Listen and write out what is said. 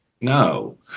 no